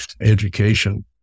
education